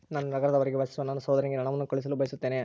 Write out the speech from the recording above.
ನಾನು ನಗರದ ಹೊರಗೆ ವಾಸಿಸುವ ನನ್ನ ಸಹೋದರನಿಗೆ ಹಣವನ್ನು ಕಳುಹಿಸಲು ಬಯಸುತ್ತೇನೆ